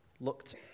looked